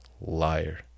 liar